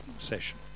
session